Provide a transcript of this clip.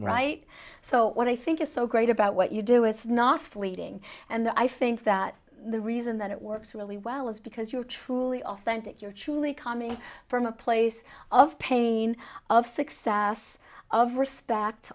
right so what i think is so great about what you do it's not fleeting and i think that the reason that it works really well is because you are truly authentic you're truly coming from a place of pain of success of respect